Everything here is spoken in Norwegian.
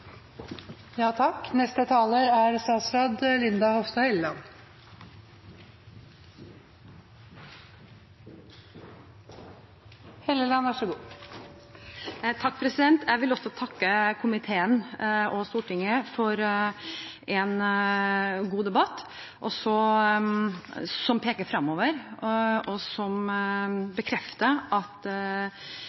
Jeg vil også takke komiteen og Stortinget for en god debatt, som peker fremover, og som bekrefter at